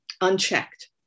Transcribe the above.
unchecked